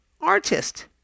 artist